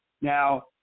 Now